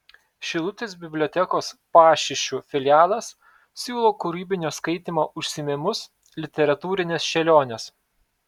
šilutės bibliotekos pašyšių filialas siūlo kūrybinio skaitymo užsiėmimus literatūrinės šėlionės